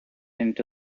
into